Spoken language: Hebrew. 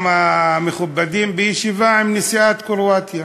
וכמה מכובדים בישיבה עם נשיאת קרואטיה,